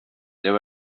there